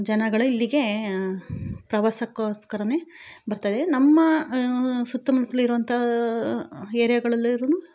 ಜನಗಳು ಇಲ್ಲಿಗೆ ಪ್ರವಾಸಕ್ಕೋಸ್ಕರವೇ ಬರ್ತಾರೆ ನಮ್ಮ ಸುತ್ತಮುತ್ಲು ಇರುವಂಥ ಏರಿಯಾಗಳಲ್ಲಿ ಇರೋರು